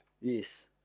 yes